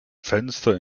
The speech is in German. fenster